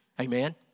Amen